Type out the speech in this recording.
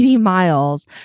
miles